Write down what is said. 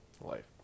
life